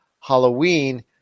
Halloween